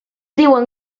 diuen